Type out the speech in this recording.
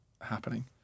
happening